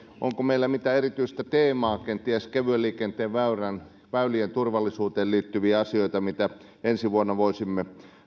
onko meillä mitään erityistä teemaa kenties kevyen liikenteen väylien väylien turvallisuuteen liittyviä asioita mitä ensi vuonna voisimme